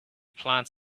plants